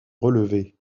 relevée